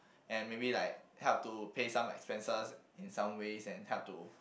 and maybe like help to pay some expenses in some ways and help to